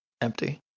empty